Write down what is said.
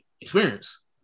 experience